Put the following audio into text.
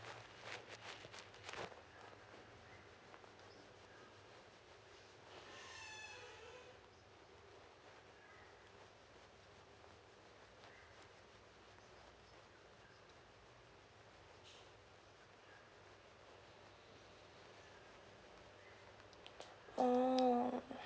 oh